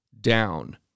down